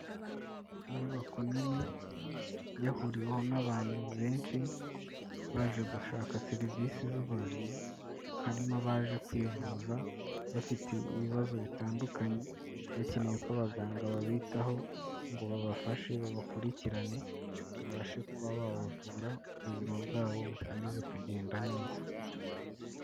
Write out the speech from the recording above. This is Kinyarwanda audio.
Inyubako nini yahuriweho n'abantu benshi baje gushaka serivisi z'ubuzima, harimo abaje kwivuza bafite ibibazo bitandukanye, bakeneye ko abaganga babitaho ngo babafashe babakurikirane, babashe kuba babavura, ubuzima bwabo bukomeze kugenda neza.